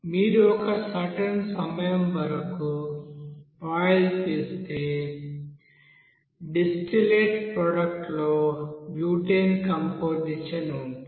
మీరు ఒక సర్టెన్ సమయం వరకు బాయిల్ చేస్తే డిస్టిల్లేట్ ప్రోడక్ట్ లో బ్యూటేన్ కంపొజిషన్ ఉంటుంది